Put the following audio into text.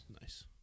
nice